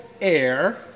air